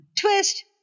twist